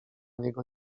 niego